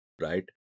right